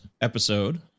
episode